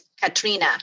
Katrina